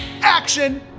action